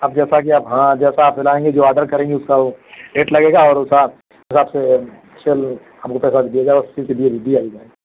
अब जैसा की आप हँ जैसा आप सिलाएंगे जो ऑर्डर करेंगे उसका वह रेट लगेगा और उसी हिसाब से चल